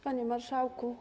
Panie Marszałku!